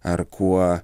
ar kuo